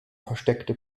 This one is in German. versteckte